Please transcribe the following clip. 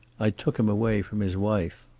i took him away from his wife.